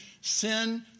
sin